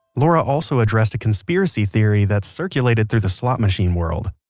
laura also addressed a conspiracy theory that's circulated through the slot machine world.